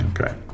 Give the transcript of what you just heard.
Okay